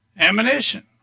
ammunition